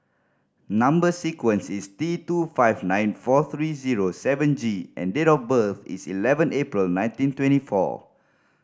number sequence is T two five nine four three zero seven G and date of birth is eleven April nineteen twenty four